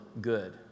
good